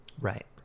Right